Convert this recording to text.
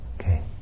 Okay